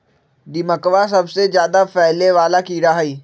दीमकवा सबसे ज्यादा फैले वाला कीड़ा हई